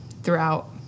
throughout